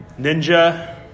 ninja